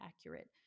accurate